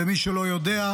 למי שלא יודע,